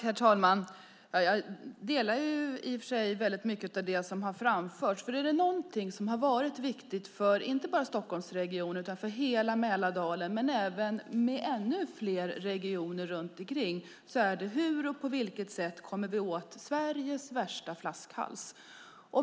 Herr talman! Jag delar i och för sig väldigt mycket av det som har framförts, för är det någonting som har varit viktigt inte bara för Stockholmsregionen utan för hela Mälardalen och även fler regioner är det hur och på vilket sätt vi kommer åt Sveriges värsta flaskhals.